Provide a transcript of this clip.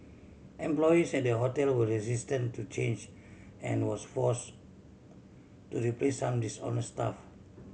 employees at the hotel were resistant to change and was force to replace some dishonest staff